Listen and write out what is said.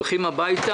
להם,